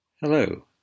Hello